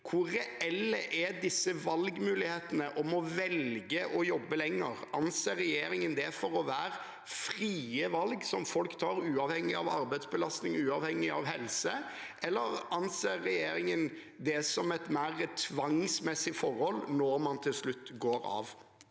hvor reelle disse mulighetene for å velge å jobbe lenger er. Anser regjeringen det for å være frie valg som folk tar, uavhengig av arbeidsbelastning og helse, eller anser regjeringen det som et mer tvangsmessig forhold når man til slutt går av?